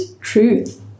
truth